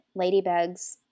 ladybugs